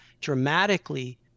dramatically